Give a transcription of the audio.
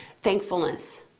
thankfulness